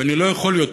ואני לא יכול יותר,